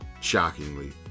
Shockingly